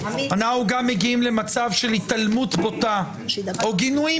אנחנו גם מגיעים למצב של התעלמות בוטה או גינויים